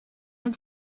had